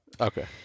okay